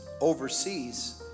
overseas